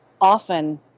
often